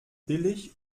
billig